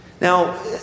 Now